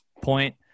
point